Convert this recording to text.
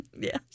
Yes